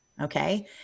Okay